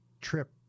trip